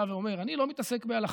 בא ואומר: אני לא מתעסק בהלכה.